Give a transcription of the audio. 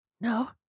No